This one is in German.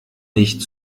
nicht